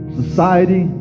society